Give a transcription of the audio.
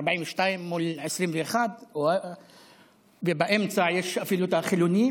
42 מול 21, ובאמצע יש אפילו את החילונים,